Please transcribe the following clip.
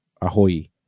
Ahoy